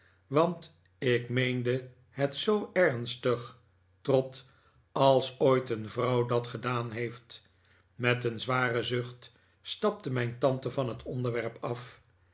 want ik meende het zoo ernstig trot als ooit een vrouw dat gedaan heeft met een zwaren zucht stapte mijn tante van het onderwerp af